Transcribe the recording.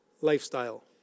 lifestyle